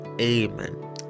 Amen